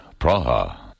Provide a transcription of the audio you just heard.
Praha